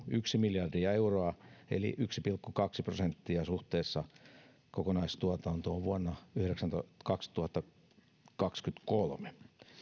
yksi miljardia euroa eli yksi pilkku kaksi prosenttia suhteessa kokonaistuotantoon vuonna kaksituhattakaksikymmentäkolme